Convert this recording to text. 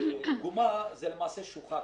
גומה זה למעשה שוחה.